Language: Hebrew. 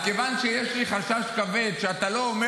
אז מכיוון שיש לי חשש כבד שאתה לא אומר